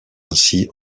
ainsi